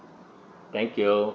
thank you